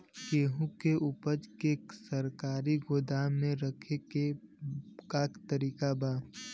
गेहूँ के ऊपज के सरकारी गोदाम मे रखे के का तरीका बा?